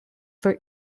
for